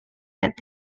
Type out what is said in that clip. get